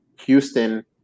Houston